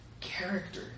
character